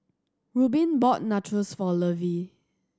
Reubin bought Nachos for Lovey